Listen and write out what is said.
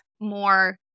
more